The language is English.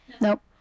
Nope